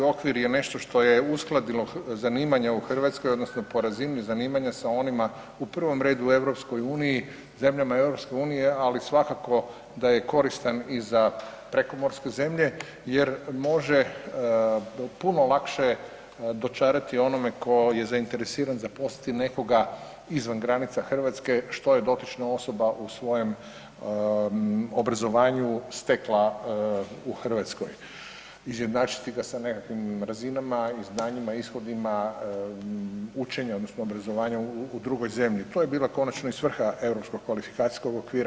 HKO je nešto što je uskladilo zanimanja u Hrvatskoj odnosno po razini zanimanja sa onima u prvom redu u EU zemljama EU, ali svakako da je koristan i za prekomorske zemlje jer može puno lakše dočarati onome ko je zainteresiran zaposliti nekoga izvan granica Hrvatske što je dotična osoba u svojem obrazovanju stekla u Hrvatskoj, izjednačiti ga se nekakvim razinama i znanjima, ishodima, učenja odnosno obrazovanja u drugoj zemlji, to je bila konačno i svrha Europskog kvalifikacijskog okvira.